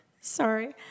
Sorry